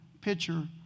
picture